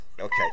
Okay